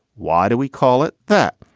why do we call it that?